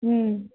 ம்